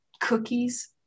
cookies